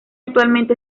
actualmente